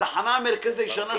לתחנה המרכזית הישנה,